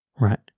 Right